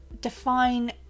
define